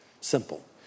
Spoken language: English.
Simple